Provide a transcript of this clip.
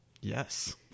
Yes